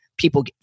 people